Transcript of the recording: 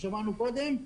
אותם שמענו קודם,